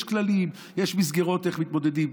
יש כללים, יש מסגרות איך מתמודדים.